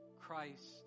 Christ